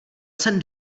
jsem